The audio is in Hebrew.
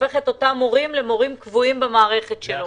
הופך את אותם מורים למורים קבועים במערכת שלו.